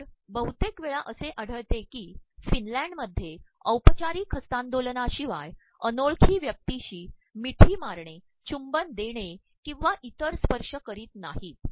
तर बहुतेक वेळा असे आढळते की कफनलँडमध्ये औपचाररक हस्त्तांदोलनामशवाय अनोळखी व्यक्तींशी ममठी मारणे चबुं न देणे ककंवा इतर स्त्पशय करीत नाहीत